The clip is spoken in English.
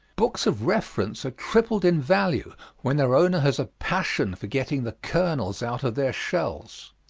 books of reference are tripled in value when their owner has a passion for getting the kernels out of their shells.